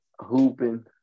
hooping